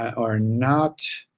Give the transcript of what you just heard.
um or not?